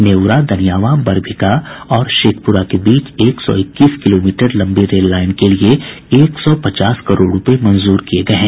नेऊरा दनियावां बरबीघा और शेखपुरा के बीच एक सौ इक्कीस किलोमीटर लंबी रेल लाईन के लिए एक सौ पचास करोड़ रूपये मंजूर किये गये हैं